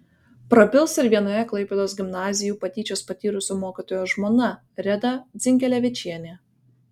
prabils ir vienoje klaipėdos gimnazijų patyčias patyrusio mokytojo žmona reda dzingelevičienė